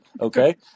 Okay